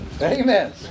amen